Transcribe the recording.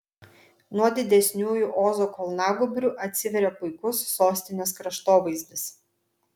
nuo didesniųjų ozo kalnagūbrių atsiveria puikus sostinės kraštovaizdis